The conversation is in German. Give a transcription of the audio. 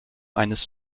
eines